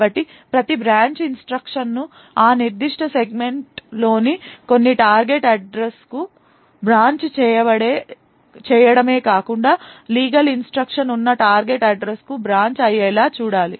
కాబట్టి ప్రతి branch instruction ఆ నిర్దిష్ట సెగ్మెంట్లోని కొన్ని టార్గెట్ అడ్రస్కు బ్రాంచ్ చేయడమే కాకుండా లీగల్ ఇన్స్ట్రక్షన్ ఉన్న టార్గెట్ అడ్రస్కు బ్రాంచ్ అయ్యేలా చూడాలి